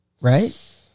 Right